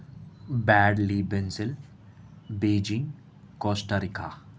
badly బెంజిల్ Beijing Costa Rica